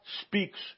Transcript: speaks